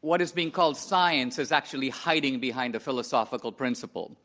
what is being called science is actually hiding behind a philosophical principle.